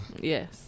Yes